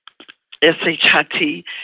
S-H-I-T